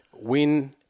win